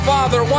Father